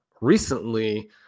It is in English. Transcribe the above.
recently